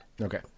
Okay